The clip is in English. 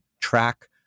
track